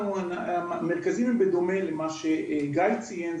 המרכזים הם בדומה למה שגיא ציין,